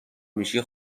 میشی